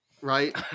Right